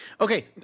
Okay